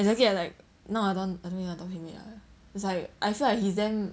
exactly I like now I don't I don't really want to talk to him already lah I feel like he's damn